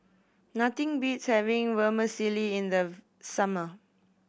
nothing beats having Vermicelli in the summer